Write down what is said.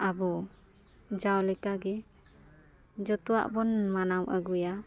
ᱟᱵᱚ ᱡᱟᱣ ᱞᱟᱠᱟᱜᱮ ᱡᱚᱛᱚᱣᱟᱜᱵᱚᱱ ᱢᱟᱱᱟᱣ ᱟᱹᱜᱩᱭᱟ